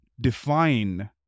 define